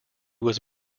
was